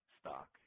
stock